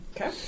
Okay